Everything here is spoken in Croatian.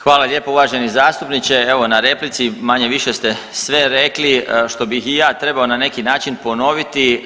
Hvala lijepo uvaženi zastupniče, evo na replici manje-više ste sve rekli što bih i ja trebao na neki način ponoviti.